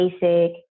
basic